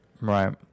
Right